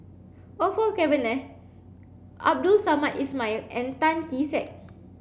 Orfeur Cavenagh Abdul Samad Ismail and Tan Kee Sek